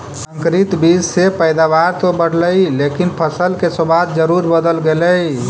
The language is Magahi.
संकरित बीज से पैदावार तो बढ़लई लेकिन फसल के स्वाद जरूर बदल गेलइ